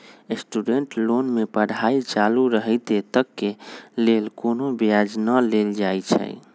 student loan में पढ़ाई चालू रहइत तक के लेल कोनो ब्याज न लेल जाइ छइ